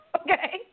Okay